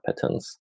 patterns